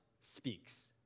speaks